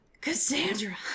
Cassandra